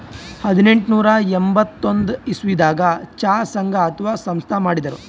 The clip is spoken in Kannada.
ಹದನೆಂಟನೂರಾ ಎಂಬತ್ತೊಂದ್ ಇಸವಿದಾಗ್ ಚಾ ಸಂಘ ಅಥವಾ ಸಂಸ್ಥಾ ಮಾಡಿರು